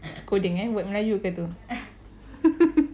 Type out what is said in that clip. skodeng eh word melayu ke tu